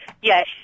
Yes